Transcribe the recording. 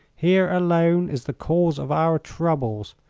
here alone is the cause of our troubles.